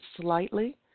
slightly